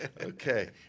Okay